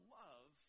love